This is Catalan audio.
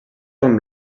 són